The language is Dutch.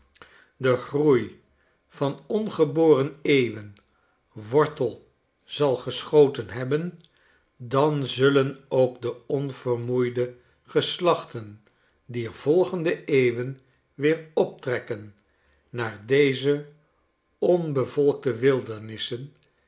de groei van ongeboren eeuwen wortel zal geschoten hebben dan zullen ook de onvermoeide geslachten dier volgende eeuwen weer optrekken naar deze onbevolkte